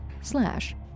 slash